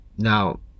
Now